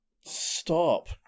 Stop